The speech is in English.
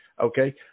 Okay